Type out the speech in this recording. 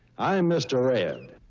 i'm mister ed.